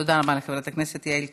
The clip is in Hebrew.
תודה רבה לחברת הכנסת יעל גרמן.